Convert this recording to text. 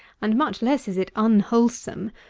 and much less is it unwholesome,